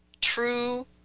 true